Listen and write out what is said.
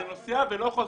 הוא נוסע ולא חוזר.